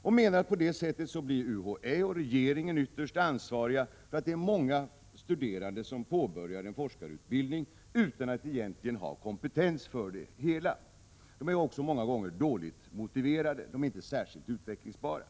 De menar, att på det sättet blir UHÄ och regeringen ytterst ansvariga för att många studerande påbörjar en forskarutbildning utan att egentligen ha kompetens därför. De är också många gånger dåligt motiverade och inte särskilt utvecklingsbara.